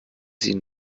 sie